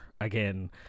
again